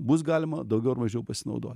bus galima daugiau ar mažiau pasinaudo